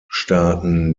der